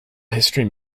history